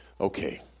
okay